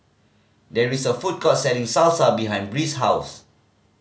there is a food court selling Salsa behind Bree's house